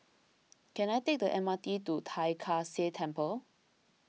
can I take the M R T to Tai Kak Seah Temple